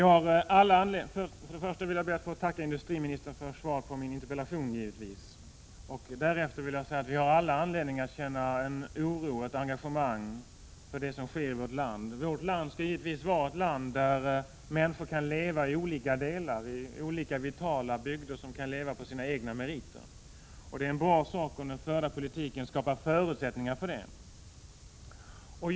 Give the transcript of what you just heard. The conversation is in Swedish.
Herr talman! Först ber jag att få tacka industriministern för svaret på min interpellation. Därefter vill jag säga att vi har all anledning att känna en oro och ett engagemang för det som sker i vårt land. Vårt land skall givetvis vara ett land där människor kan leva i olika delar, i olika vitala bygder som kan leva på sina egna meriter. Det är bra om den förda politiken skapar förutsättningar för detta.